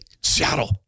Seattle